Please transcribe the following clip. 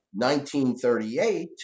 1938